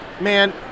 man